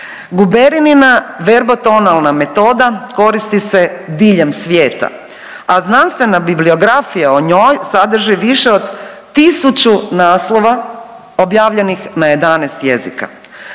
Guberinina verbotonalna metoda koristi se diljem svijeta, a znanstvena bibliografija o njoj sadrži više od 1.000 naslova objavljenih na 11 jezika.